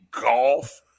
golf